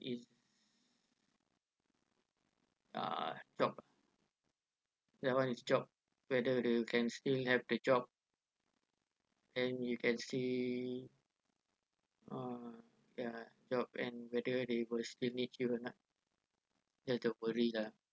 is uh job that one is job whether you can still have the job and you can see uh ya job and whether they will still need you or not you have to worry lah